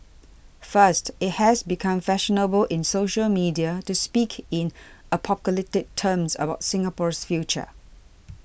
first it has become fashionable in social media to speak in apocalyptic terms about Singapore's future